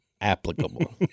Applicable